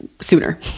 sooner